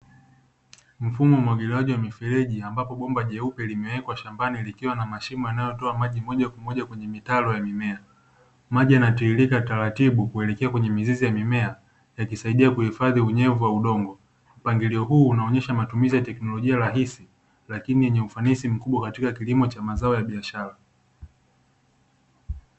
Mfumo wa umwagiliaji wa mifereji ambapo bomba jeupe limewekwa shambani likiwa na mashimo yanayotoa maji moja kwa moja kwenye mitalo ya mimea, maji yanatiririka taratibu kuelekea kwenye mizizi ya mimea yakisaidia kuhifadhi unyevu wa udongo, mpangilio huu unaonesha matumizu ya teknolojia rahisi lakini yenye ufanisi mkubwa katika kilimo cha mazao ya biashara.